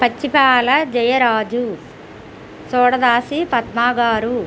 Pachipala Jayaraju Sodadasi పద్మగారు